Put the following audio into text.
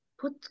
put